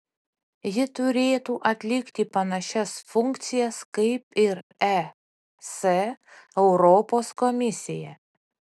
ji turėtų atlikti panašias funkcijas kaip ir es europos komisija